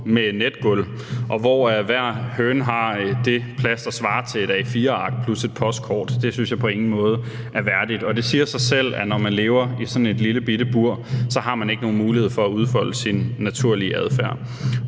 med netgulv, og hvor hver høne har den plads, der svarer til et A4-ark plus et postkort. Det synes jeg på ingen måde er værdigt. Og det siger sig selv, at når man lever i sådan et lillebitte bur, har man ikke nogen mulighed for at udfolde sin naturlige adfærd.